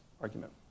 argument